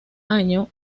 año